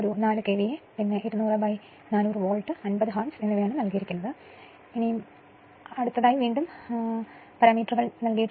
നൽകിയിരിക്കുന്ന പാരാമീറ്ററുകൾ ഇവയാണ്